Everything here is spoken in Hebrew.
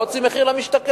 הוא לא הוציא מחיר למשתכן?